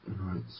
Right